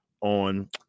on